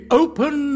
open